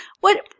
What-